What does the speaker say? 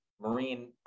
marine